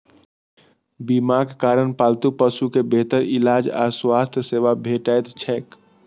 बीमाक कारण पालतू पशु कें बेहतर इलाज आ स्वास्थ्य सेवा भेटैत छैक